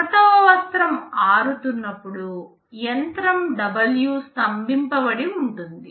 ఒకటవ వస్త్రం ఆరుతున్నప్పుడు యంత్రం W స్తంభింప బడి ఉంటుంది